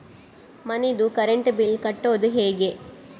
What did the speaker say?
ಮನಿದು current bill ಕಟ್ಟೊದು ಹೇಗೆ?